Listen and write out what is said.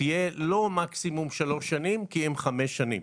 תהיה לא מקסימום שלוש שנים כי אם חמש שנים.